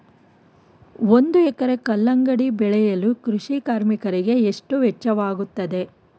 ಒಂದು ಎಕರೆ ಕಲ್ಲಂಗಡಿ ಬೆಳೆಯಲು ಕೃಷಿ ಕಾರ್ಮಿಕರಿಗೆ ಎಷ್ಟು ವೆಚ್ಚವಾಗುತ್ತದೆ?